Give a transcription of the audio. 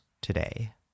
today